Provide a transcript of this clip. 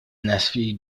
nephew